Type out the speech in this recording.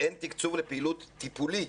"אין תקצוב לפעילות טיפולית".